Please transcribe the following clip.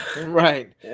Right